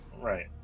Right